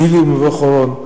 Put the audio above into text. ניל"י ומבוא-חורון.